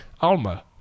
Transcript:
Alma